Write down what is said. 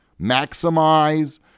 Maximize